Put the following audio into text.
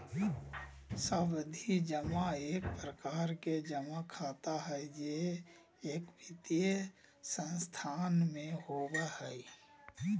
सावधि जमा एक प्रकार के जमा खाता हय जे एक वित्तीय संस्थान में होबय हय